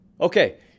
Okay